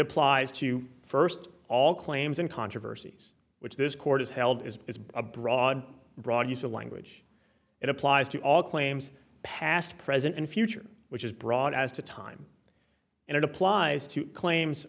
applies to first all claims and controversies which this court has held is it's a broad broad use of language it applies to all claims past present and future which is broad as to time and it applies to claims